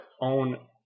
own